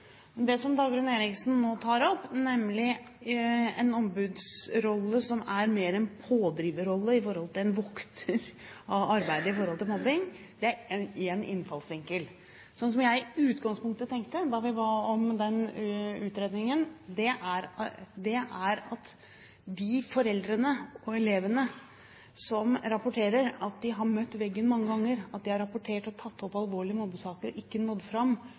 det som Dagrun Eriksen nå tar opp, nemlig det som går på en ombudsrolle som er mer en pådriverrolle enn en vokter av arbeidet når det gjelder mobbing, er én innfallsvinkel. Det jeg i utgangspunktet tenkte da vi ba om utredningen, var at når foreldre og elever rapporterer at de har møtt veggen mange ganger – de har rapportert og tatt opp alvorlige mobbesaker og ikke nådd fram,